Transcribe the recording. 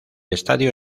estadio